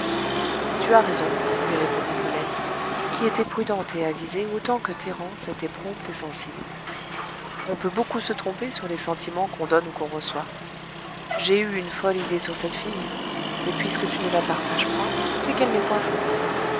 tu as raison lui répondit brulette qui était prudente et avisée autant que thérence était prompte et sensible on peut beaucoup se tromper sur les sentiments qu'on donne ou qu'on reçoit j'ai eu une folle idée sur cette fille et puisque tu ne la partages point c'est qu'elle n'est point fondée